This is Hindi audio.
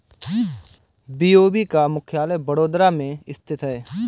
बी.ओ.बी का मुख्यालय बड़ोदरा में स्थित है